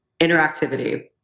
interactivity